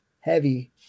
heavy